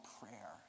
prayer